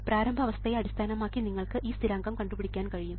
പ്രാരംഭ അവസ്ഥയെ അടിസ്ഥാനമാക്കി നിങ്ങൾക്ക് ഈ സ്ഥിരാങ്കം കണ്ടുപിടിക്കാൻ കഴിയും